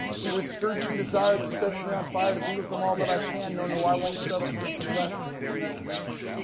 he would stir deep desire that sets me on fire to be with them all that i can. no, no, i won't settle for anything less than a real man.